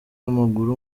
w’amaguru